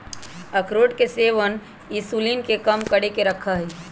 अखरोट के सेवन इंसुलिन के कम करके रखा हई